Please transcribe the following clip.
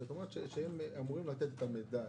כשאת אומרת שהם אמורים לתת את המידע,